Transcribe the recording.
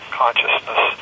consciousness